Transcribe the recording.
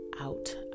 out